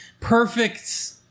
Perfect